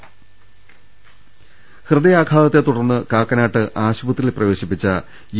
രദ്ദമ്പ്പെട്ടറ ഹൃദയാഘാതത്തെ തുടർന്ന് കാക്കനാട്ട് ആശുപത്രിയിൽ പ്രവേശിപ്പിച്ച യു